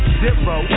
zero